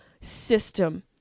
system